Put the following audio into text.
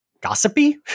gossipy